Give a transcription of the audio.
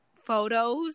photos